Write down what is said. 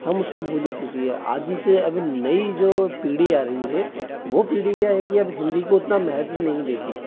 हम उसको भूल ही चुकी है आधी से अब नई जो पीढ़ी आ रही है वो पीढ़ी क्या है कि अब हिंदी को इतना महत्व नहीं देती